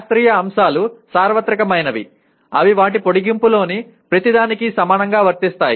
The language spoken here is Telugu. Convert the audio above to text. శాస్త్రీయ అంశాలు సార్వత్రికమైనవి అవి వాటి పొడిగింపులోని ప్రతిదానికీ సమానంగా వర్తిస్తాయి